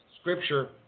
Scripture